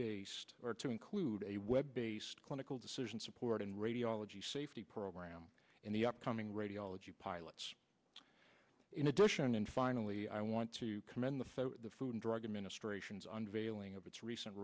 based or to include a web based clinical decision support and radiology safety program in the upcoming radiology pilots in addition and finally i want to commend the food and drug administration's unveiling of its recent